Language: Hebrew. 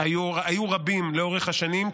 היו רבים לאורך השנים,